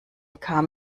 kam